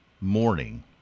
morning